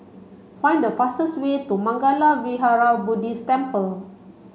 find the fastest way to Mangala Vihara Buddhist Temple